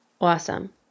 Awesome